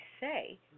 say